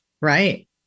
Right